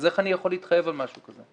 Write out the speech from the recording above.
אז איך אני יכול להתחייב על משהו כזה?